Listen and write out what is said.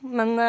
Men